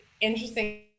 interesting